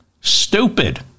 Stupid